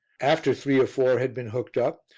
after three or four had been hooked up,